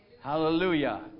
Hallelujah